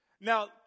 Now